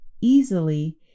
easily